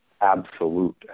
absolute